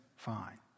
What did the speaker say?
fine